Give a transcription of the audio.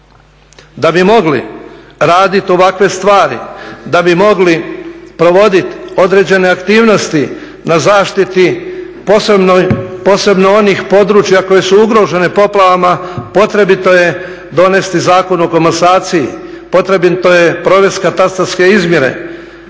Da bi mogli raditi ovakve stvari, da bi mogli provoditi određene aktivnosti na zaštiti posebno onih područja koji su ugroženi poplavama potrebno je donesti Zakon o komasaciji, potrebito je provesti katastarske izmjene.